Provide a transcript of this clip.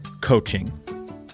coaching